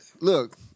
Look